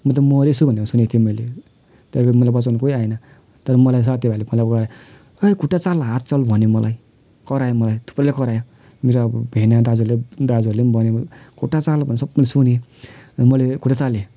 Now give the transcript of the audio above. म त मरेछु भनेको सुनेको थिएँ मैले तर पनि मलाई बचाउनु कोही आएन तर मलाई साथीभाइले खोलाबाट ओए खुट्टा चाल हात चाल भन्यो मलाई करायो मलाई थुप्रैले करायो मेरो अब भेना दाजुहरू दाजुहरूले पनि भन्यो खुट्टा चाल सब मैले सुनेँ अनि मैले खुट्टा चालेँ